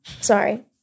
Sorry